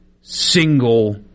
single